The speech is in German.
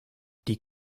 die